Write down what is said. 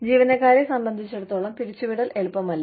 ജീവനക്കാരെ സംബന്ധിച്ചിടത്തോളം പിരിച്ചുവിടൽ എളുപ്പമല്ല